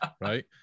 right